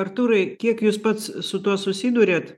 artūrai kiek jūs pats su tuo susiduriat